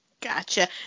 Gotcha